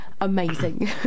amazing